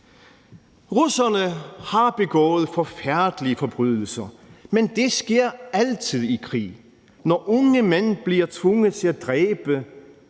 Russerne har begået forfærdelige forbrydelser, men det sker altid i krig. Når unge mænd bliver tvunget til at dræbe,